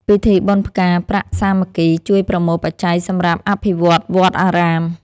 ពិធីបុណ្យផ្កាប្រាក់សាមគ្គី ជួយប្រមូលបច្ច័យសម្រាប់អភិវឌ្ឍវត្តអារាម។